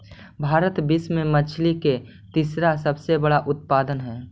भारत विश्व में मछली के तीसरा सबसे बड़ा उत्पादक हई